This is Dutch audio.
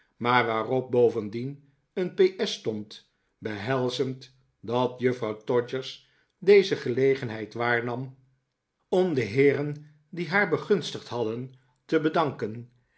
maar waarop bovendien een p s stond behelzend dat juffrouw todgers deze gelegenheid waarnam om de heeren die haar begunstigd hadden te bedanken